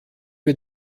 wir